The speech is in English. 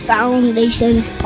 Foundations